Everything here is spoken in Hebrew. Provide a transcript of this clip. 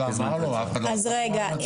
אז רגע,